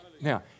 Now